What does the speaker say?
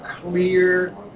clear